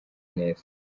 neza